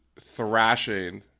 thrashing